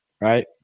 Right